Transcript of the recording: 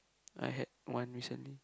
I had one recently